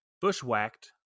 Bushwhacked